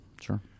Sure